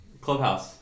Clubhouse